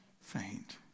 faint